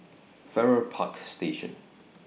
Farrer Park Station